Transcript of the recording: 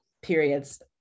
periods